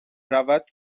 روَد